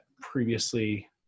previously